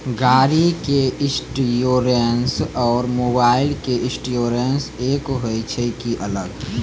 गाड़ी के इंश्योरेंस और मोबाइल के इंश्योरेंस एक होय छै कि अलग?